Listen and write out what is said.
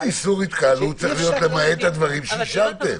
איסור התקהלות צריך להיות למעט הדברים שאישרתם.